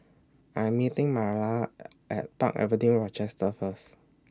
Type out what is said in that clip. I'm meeting Marlana At Park Avenue Rochester First